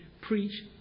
preach